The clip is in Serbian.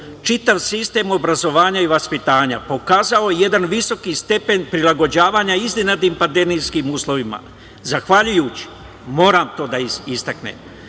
čitav sistem obrazovanja i vaspitanja, pokazao je jedan visoki stepen prilagođavanja pandemijskim uslovima, zahvaljujući, moram to da istaknem,